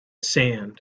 sand